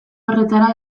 horretara